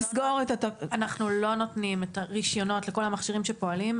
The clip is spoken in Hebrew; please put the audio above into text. אנחנו לא נותנים את הרישיונות לכל המכשירים שפועלים.